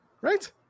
right